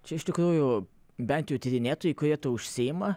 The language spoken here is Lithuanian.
čia iš tikrųjų bent jau tyrinėtojai kurie tuo užsiima